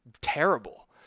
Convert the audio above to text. terrible